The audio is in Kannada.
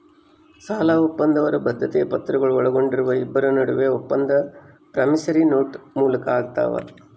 ಸಾಲಒಪ್ಪಂದ ಅವರ ಬದ್ಧತೆಯ ಪತ್ರಗಳು ಒಳಗೊಂಡಿರುವ ಇಬ್ಬರ ನಡುವೆ ಒಪ್ಪಂದ ಪ್ರಾಮಿಸರಿ ನೋಟ್ ಮೂಲಕ ಆಗ್ತಾವ